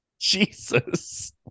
Jesus